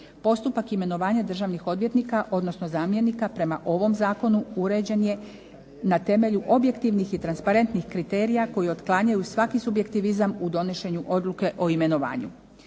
Postupak imenovanja državnih odvjetnika odnosno zamjenika prema ovom zakonu uređen je na temelju objektivnih i transparentnih kriterija koji otklanjaju svaki subjektivizam u donošenju odluke o imenovanje.